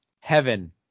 Heaven